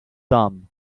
dumb